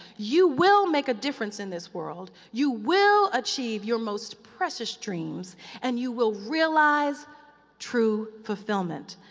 you will make a difference in this world. you will achieve your most precious dreams and you will realize true fulfillment.